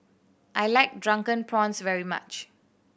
I like Drunken Prawns very much